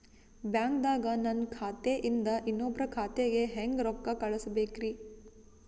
ಬ್ಯಾಂಕ್ದಾಗ ನನ್ ಖಾತೆ ಇಂದ ಇನ್ನೊಬ್ರ ಖಾತೆಗೆ ಹೆಂಗ್ ರೊಕ್ಕ ಕಳಸಬೇಕ್ರಿ?